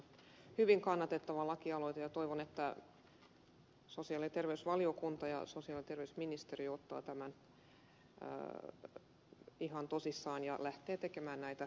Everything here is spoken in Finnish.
hyvin kannatettava lakialoite ja toivon että sosiaali ja terveysvaliokunta ja sosiaali ja terveysministeriö ottaa tämän ihan tosissaan ja lähtee tekemään näitä muutoksia